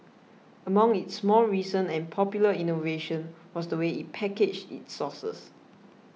among its more recent and popular innovations was the way it packaged its sauces